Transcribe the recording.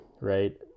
right